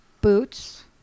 Boots